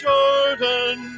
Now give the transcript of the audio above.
Jordan